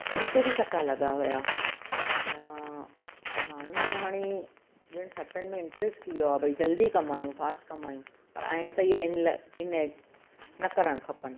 उनते बि सटा लॻा हुआ या माण्हुनि खे हाणे ॼणु सटनि में इंटरेस्ट थी वियो आहे भई जल्दी कमायूं फास्ट कमायूं पर आहिनि त इहे इनल इनेड न करणु खपनि